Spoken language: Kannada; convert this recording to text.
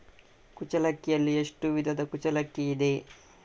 ಕುಚ್ಚಲಕ್ಕಿಯಲ್ಲಿ ಎಷ್ಟು ವಿಧದ ಕುಚ್ಚಲಕ್ಕಿ ಇದೆ?